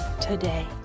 today